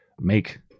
make